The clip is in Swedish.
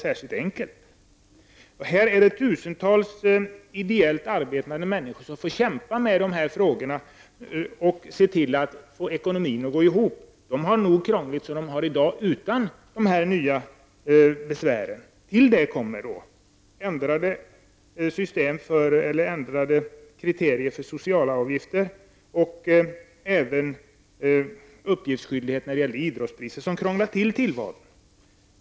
Det är tusentals ideellt arbetande människor som kämpar för att få ekonomin att gå ihop. De har det nog krångligt redan i dag utan dessa nya besvär. Till detta kommer ändrade regler för socialavgifter och uppgiftsskyldighet angående idrottspriser. Allt detta krånglar till tillvaron.